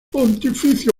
pontificia